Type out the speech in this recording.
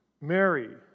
Mary